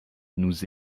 nous